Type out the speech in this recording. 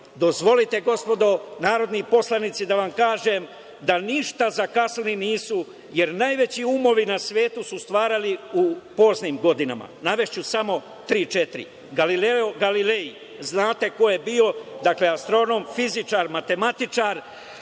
godine. Dozvolite gospodo, narodni poslanici, da vam kažem da ništa zakasnili nisu, jer najveći umovi na svetu su stvarali u poznim godinama. Navešću samo tri, četiri – Galileo Galilej, znate ko je bio, astronom, fizičar, matematičar,